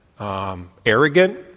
arrogant